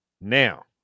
now